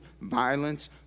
violence